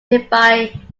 nearby